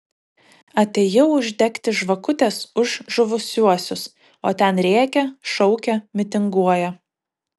atėjau uždegti žvakutės už žuvusiuosius o ten rėkia šaukia mitinguoja